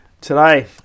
today